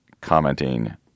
commenting